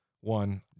One